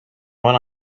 when